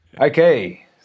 okay